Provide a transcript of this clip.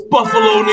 Buffalo